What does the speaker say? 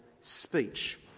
speech